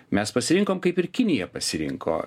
mes pasirinkom kaip ir kinija pasirinko